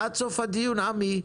עד סוף הדיון, עמי,